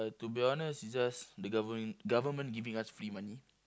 to be honest just the government government giving us free money